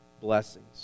blessings